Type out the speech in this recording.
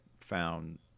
found